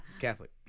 Catholic